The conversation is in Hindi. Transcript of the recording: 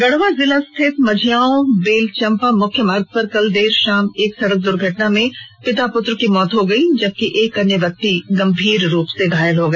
गढ़वा जिला स्थित मझिआंव बेलचंपा मुख्य मार्ग पर कल देर शाम एक सड़क दुर्घटना में पिता पुत्र की मौत हो गयी जबकि एक अन्य व्यक्ति गंभीर रूप से घायल हो गया